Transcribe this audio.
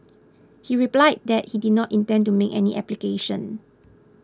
he replied that he did not intend to make any application